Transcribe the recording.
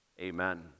Amen